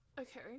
Okay